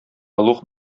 олуг